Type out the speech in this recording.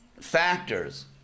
factors